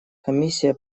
комиссия